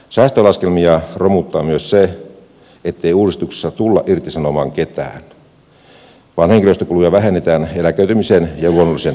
säästölaskelmia romuttaa myös se ettei uudistuksessa tulla irtisanomaan ketään vaan henkilöstökuluja vähennetään eläköitymisen ja luonnollisen poistuman kautta